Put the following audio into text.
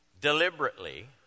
deliberately